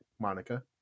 monica